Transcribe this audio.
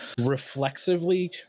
reflexively